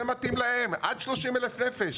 זה מתאים להם, עד 30,000 נפש.